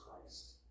Christ